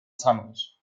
tunnels